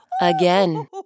again